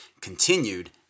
continued